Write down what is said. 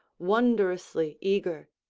wondrously eager.